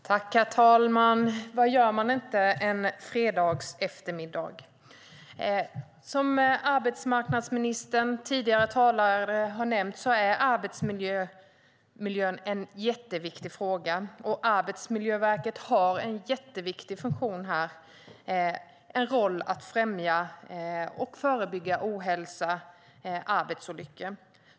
Herr talman! Som arbetsmarknadsministern och tidigare talare har nämnt är arbetsmiljön en jätteviktig fråga, och Arbetsmiljöverket har en viktig roll att förebygga ohälsa och arbetsolyckor.